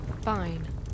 Fine